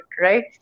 right